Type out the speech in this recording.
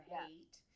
hate